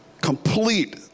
complete